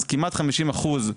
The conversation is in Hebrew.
אז כמעט חמישים אחוז,